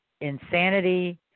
insanity